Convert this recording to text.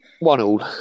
One-all